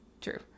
true